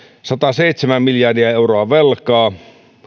sataseitsemän miljardia euroa velkaa